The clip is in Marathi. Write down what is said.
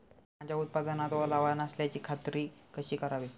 माझ्या उत्पादनात ओलावा नसल्याची खात्री कशी करावी?